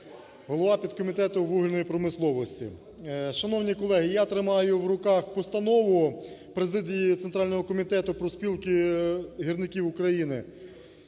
голова підкомітету вугільної промисловості. Шановні колеги, я тримаю в руках постанову президії Центрального комітету профспілки гірників України.